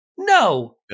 No